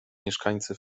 mieszkańcy